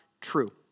true